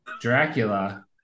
dracula